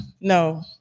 No